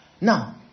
Now